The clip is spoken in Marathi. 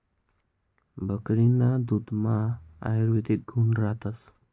बकरीना दुधमा आयुर्वेदिक गुण रातस